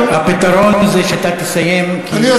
הפתרון זה שאתה תסיים, כי הגעת לדקה הרביעית.